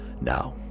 Now